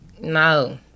No